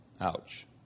ouch